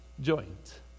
joint